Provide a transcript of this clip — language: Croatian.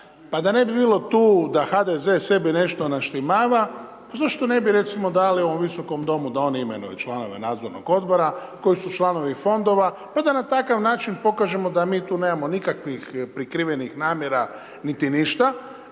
Pa da ne bi bilo tu, da HDZ sebi nešto naštimava, zašto ne bi recimo, dali u Visokom domu, da oni imaju nove članove nadzornih odbora koji su članovi fondova, pa da na takav način pokažemo da mi tu nemamo nikakvih prikrivenih namjera niti ništa,